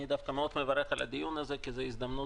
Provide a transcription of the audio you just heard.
אני דווקא מאוד מברך על הדיון הזה כי זאת הזדמנות